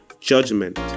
judgment